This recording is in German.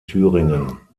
thüringen